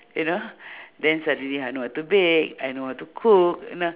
you know then suddenly I know how to bake I know how to cook and uh